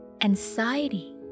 Anxiety